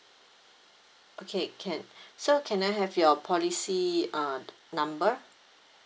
okay can so can I have your policy uh number